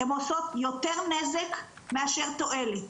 הן עושות יותר נזק מאשר תועלת,